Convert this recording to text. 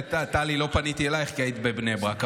לא משנה, טלי, לא פניתי אלייך כי היית בבני ברק.